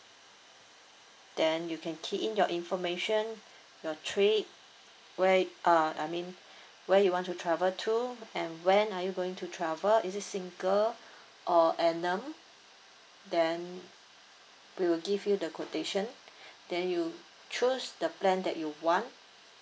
then you can key in your information your trip where uh I mean where you want to travel to and when are you going to travel is it single or annum then we will give you the quotation then you choose the plan that you want